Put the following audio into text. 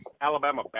Alabama